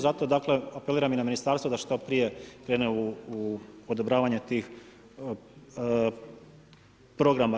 Zato dakle apeliram i na Ministarstvo da što prije krene u odobravanje tih programa.